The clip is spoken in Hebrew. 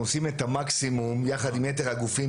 עושים את המקסימום יחד עם יתר הגופים,